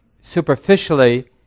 superficially